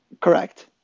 Correct